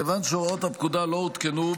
מכיוון שהוראות הפקודה לא עודכנו,